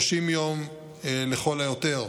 30 יום לכל היותר.